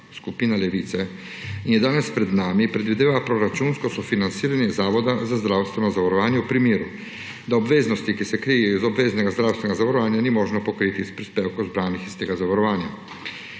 skupina Levica in je danes pred nami, predvideva proračunsko sofinanciranje Zavoda za zdravstveno zavarovanje v primeru, da obveznosti, ki se krijejo iz obveznega zdravstvenega zavarovanja, ni možno pokriti iz prispevkov, zbranih iz tega zavarovanja.